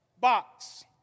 box